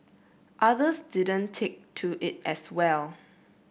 others didn't take to it as well